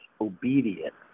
obedient